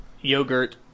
yogurt